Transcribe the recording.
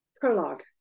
Prologue